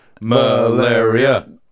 Malaria